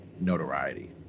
notoriety